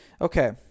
Okay